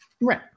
Right